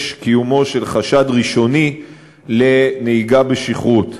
את קיומו של חשד ראשוני לנהיגה בשכרות.